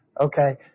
Okay